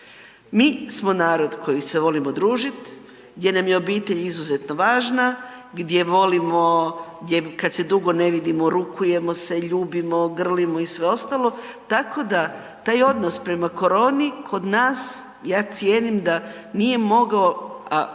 Mi smo narod koji se volimo družiti, gdje nam je obitelj izuzetno važna, gdje volimo kada se dugo ne vidimo rukujemo se, ljubimo, grlimo i sve ostalo, tako da taj odnos prema koroni kod nas, ja cijenim da nije mogao